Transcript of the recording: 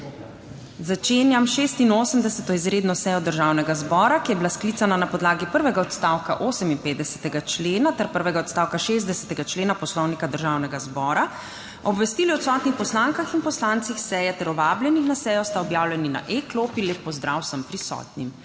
Začenjam 86. izredno sejo Državnega zbora, ki je bila sklicana na podlagi prvega odstavka 58. člena ter prvega odstavka 60. člena Poslovnika Državnega zbora. Obvestili o odsotnih poslankah in poslancih seje ter o vabljenih na sejo sta objavljeni na e-klopi. Lep pozdrav vsem prisotnim!